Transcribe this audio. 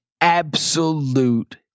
absolute